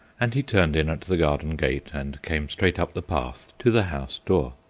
and he turned in at the garden gate and came straight up the path to the house door.